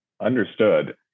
Understood